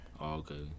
Okay